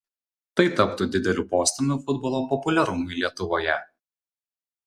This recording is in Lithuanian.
tai taptų dideliu postūmiu futbolo populiarumui lietuvoje